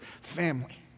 family